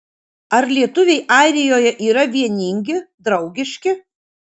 ar lietuviai airijoje yra vieningi draugiški